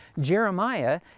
Jeremiah